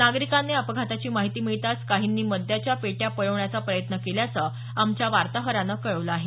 नागरिकांना या अपघाताची माहिती मिळताच काहींनी मद्याच्या पेट्या पळवण्याचा प्रयत्न केल्याचं आमच्या वार्ताहरानं कळवलं आहे